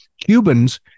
Cubans